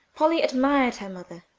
polly admired her mother,